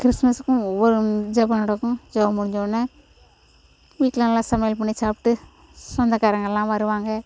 கிறிஸ்மஸுக்கும் ஒவ்வொரு ஜெபம் நடக்கும் ஜெபம் முடிஞ்சவொடனே வீட்டில் நல்லா சமையல் பண்ணி சாப்பிட்டு சொந்தக்காரங்கள்லாம் வருவாங்க